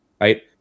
Right